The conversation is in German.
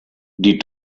die